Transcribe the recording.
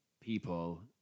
people